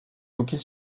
hockey